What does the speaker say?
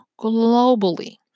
globally